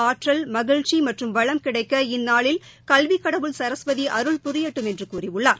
ஆற்றல் மகிழ்ச்சி மற்றும் வளம் கிடைக்க இந்நளாளில் கல்விக் கடவுள் சரஸ்வதி அருள் புரியட்டும் என்று கூறியுள்ளார்